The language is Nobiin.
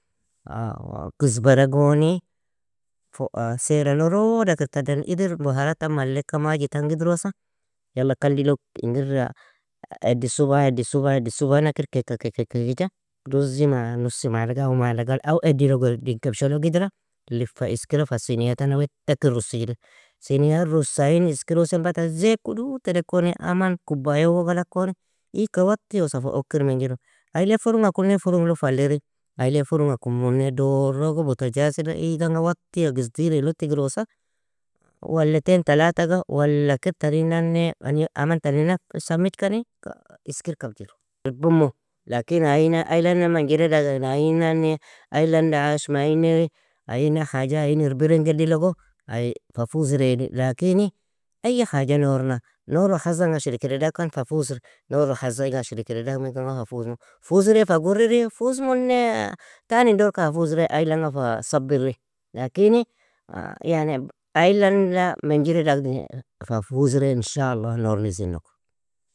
kusbara goni, fua_seyra norooda kir tadan idir buharata tan malleka maji tanga idroasa, yala kandi log ingir addin suba addin suba addin suba nakir keka keka kekija, ruzzi ma_nusi malaga aw malaga aw addi logo eddin kabshalog idra, lifa iskira fa siniya tana weta kir russijr, siniyal russa ain iskirosen bata, zeit kudud terekone aman kubbaya uwo galag koni, igka wattyosa fa okir menjiru aile furunga kunne furunlo fa alliri aile furunga kummunne, dorog butajasila. Ieg anga wattiya gizdir ealog tigeroosa walateen talataga, walla kir tarinani, aman tani naf_samijkani iskir kabjiru, irbimu lakin ainnan ailana manjiridagen, ain nane ailanda ashmaimeane, ainan haja ain irbiren geddi logo ai fa fuzre eli, lakini aye haja nourna, nouron hazz anga ashrikire dagkan fa fuzir, nouron hazz anga ashrikire dagmenkan gon fa fuzmu. Fuzri fa gurriri, fuzmunne tanin dorka hafuzre ailanga fa sabbirri. Lakiini, ailana menjiridaagr fa fuzri ان شاء الله nourn izinlog.